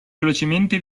velocemente